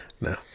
No